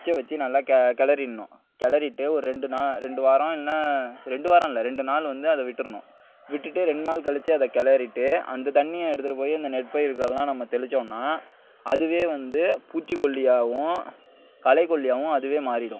குச்சை வைச்சு நல்லா கிளர்றிட்னு கிளறிட்டு ஒரு ரெண்டு நா ரெண்டு வாரம் இல்லைனா ரெண்டு வாரம் இல்லை ரெண்டு நாள் வந்து அதை விட்டுற்ணும் விட்டுவிட்டு ரெண்டு நாள் கழிச்சு அதை கிளறிட்டு அந்த தண்ணியை எடுத்துகிட்டு போய் அந்த நெற்பயிர்களில் நம்ம தெளித்தோம்னா அதுவே வந்து பூச்சிக்கொல்லியாகவும் களை கொல்லியாகவும் அதுவே மாறிவிடும்